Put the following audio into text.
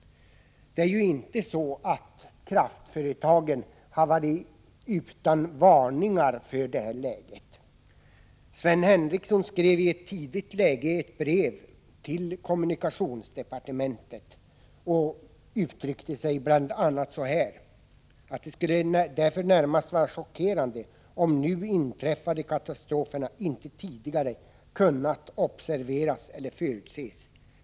Det är ju inte så att kraftföretagen har varit utan varningar för detta läge. Sven Henricsson skrevi ett tidigt läge ett brev till kommunikationsdepartementet och uttryckte sig bl.a. så här: ”Det skulle därför vara närmast chockerande om de nu inträffade katastroferna inte tidigare kunnat observeras eller förutses.